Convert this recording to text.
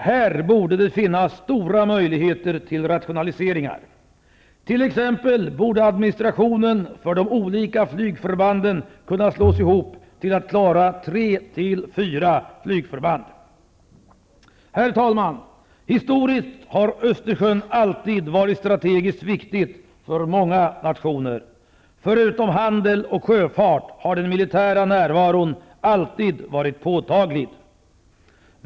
Här borde det finnas stora möjligheter till rationaliseringar. Administrationen för de olika flygförbanden borde kunna slås ihop till att klara tre--fyra flygförband. Historiskt har Östersjön alltid varit strategiskt viktigt för många nationer. Förutom handel och sjöfart har den militära närvaron alltid varit påtaglig.